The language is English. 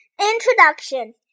Introduction